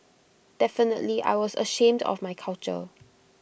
definitely I was ashamed of my culture